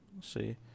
see